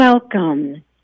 Welcome